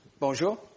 Bonjour